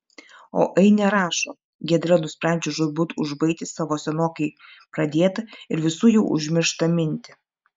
o ainė rašo giedra nusprendžia žūtbūt užbaigti savo senokai pradėtą ir visų jau užmirštą mintį